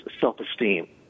self-esteem